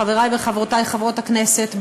חברי וחברותי חברות הכנסת,